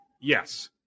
yes